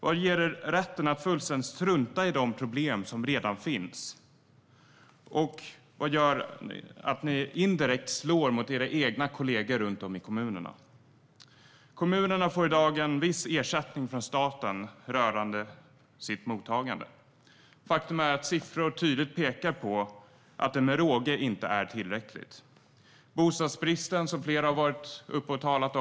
Vad ger er rätten att fullständigt strunta i de problem som redan finns? Vad är det som gör att ni indirekt slår mot era egna kollegor runt om i kommunerna? Kommunerna får i dag en viss ersättning från staten för mottagandet. Faktum är att siffror tydligt pekar på att den med råge inte är tillräcklig. Flera har talat om bostadsbristen.